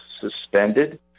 suspended